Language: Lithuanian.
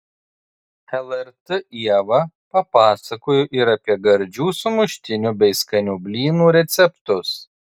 lrt ieva papasakojo ir apie gardžių sumuštinių bei skanių blynų receptus